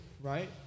right